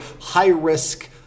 high-risk